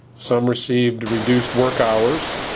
some received reduced work hours.